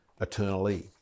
eternally